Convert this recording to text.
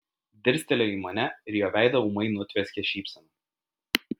dirstelėjo į mane ir jo veidą ūmai nutvieskė šypsena